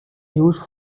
used